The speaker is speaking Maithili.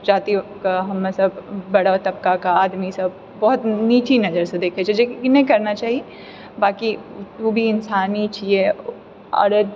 जातिके हमेशा बड़ा तबकाके आदमी सभ बहुत नीची नजरसँ देखैत छै जेकि नहि करना चाही बाँकि ओ भी इन्सान ही छिऐ आओर